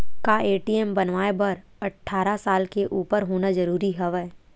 का ए.टी.एम बनवाय बर अट्ठारह साल के उपर होना जरूरी हवय?